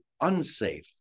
unsafe